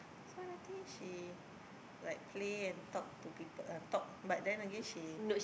so I think she like play and talk to people uh talk but then again she